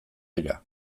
dira